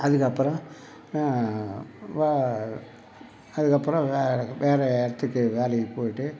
அதுக்கப்புறம் அதுக்கப்புறம் வேற இடத்துக்கு வேலைக்குப் போய்ட்டு